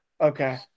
Okay